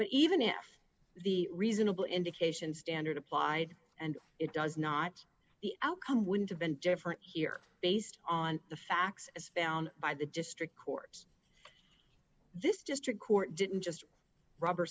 but even if the reasonable indication standard applied and it does not the outcome would have been different here based on the facts as found by the district court this just her court didn't just rubber